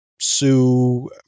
sue